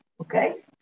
okay